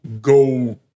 go